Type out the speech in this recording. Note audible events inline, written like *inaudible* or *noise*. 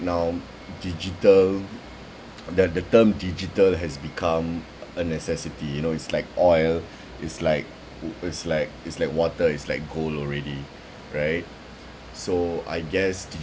now digital *noise* that the term digital has become a necessity you know it's like oil it's like it's like it's like water it's like gold already right so I guess digi~